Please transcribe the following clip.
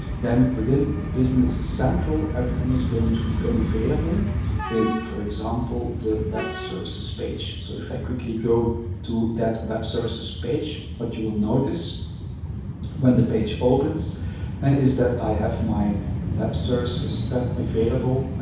then within business central, everything is going to become available in, for example, the web services page. so if i quickly go to that with app service page, what you will notice when the page opens is that i have my web services available.